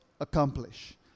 accomplish